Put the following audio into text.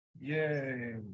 yay